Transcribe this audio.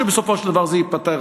שבסופו של דבר זה ייפתר,